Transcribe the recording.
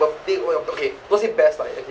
birthday or your okay don't say best lah okay